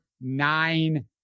nine